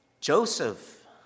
Joseph